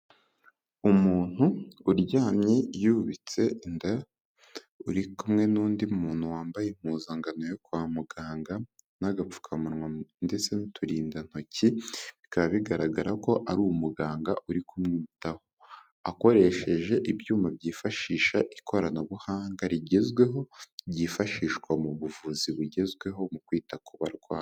Umuntu uryamye yubitse inda, uri kumwe n'undi muntu wambaye impuzankano yo kwa muganga n'agapfukamunwa ndetse n'uturindantoki, bikaba bigaragara ko ari umuganga uri kumwitaho akoresheje ibyuma byifashisha ikoranabuhanga rigezweho, ryifashishwa mu buvuzi bugezweho mu kwita ku barwayi.